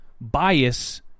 bias